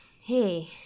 hey